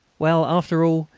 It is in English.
well, after all,